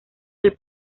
del